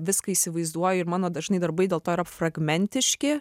viską įsivaizduoju ir mano dažnai darbai dėl to yra fragmentiški